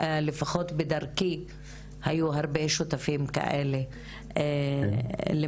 לפחות בדרכי היו הרבה שותפים כאלה למאבק.